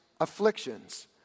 afflictions